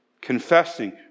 confessing